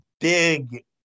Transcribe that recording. Big